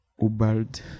Ubald